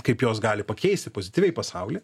kaip jos gali pakeisti pozityviai pasaulį